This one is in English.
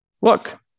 look